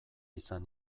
izan